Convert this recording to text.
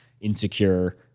insecure